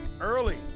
early